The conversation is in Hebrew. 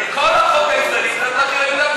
את כל החוק הישראלי צריך להחיל על יהודה ושומרון.